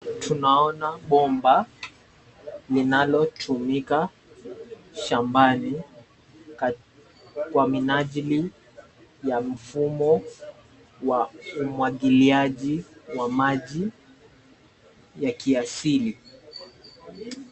Tunaona bomba, linalo tumika shambani kwa minajili ya mfumo wa umwagiliaji wa maji ya kiasili.